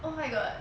oh my god